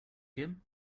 him